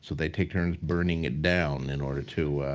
so they take turns burning it down in order to